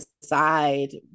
decide